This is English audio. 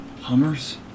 hummers